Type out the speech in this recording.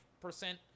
percent